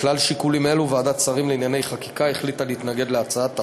מכלל שיקולים אלו החליטה ועדת השרים לענייני חקיקה להתנגד להצעת החוק.